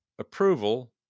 approval